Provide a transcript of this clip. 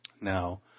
Now